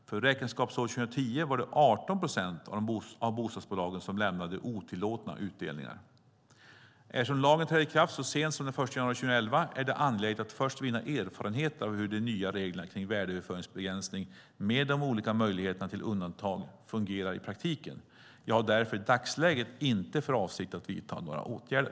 För räkenskapsåret 2010 var det 18 procent av bostadsbolagen som lämnade otillåtna utdelningar. Eftersom lagen trädde i kraft så sent som den 1 januari 2011 är det angeläget att först vinna erfarenheter av hur de nya reglerna för värdeöverföringsbegränsning, med de olika möjligheterna till undantag, fungerar i praktiken. Jag har därför i dagsläget inte för avsikt att vidta några åtgärder.